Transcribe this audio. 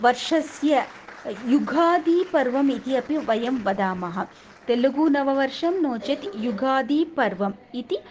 वर्षस्य युगादि पर्वम् इति अपि वयं वदामः तेलुगु नववर्षं नो चेत् युगादि पर्वम् इति